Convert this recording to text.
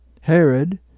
Herod